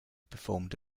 performed